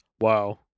wow